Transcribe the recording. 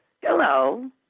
Hello